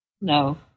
no